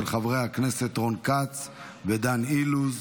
של חברי הכנסת רון כץ ודן אילוז.